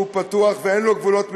שהוא פתוח ואין לו גבולות מדיניים.